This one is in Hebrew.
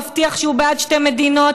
מבטיח שהוא בעד שתי מדינות,